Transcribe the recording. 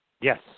Yes